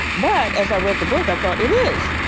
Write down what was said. but as i read the book, i thought it is.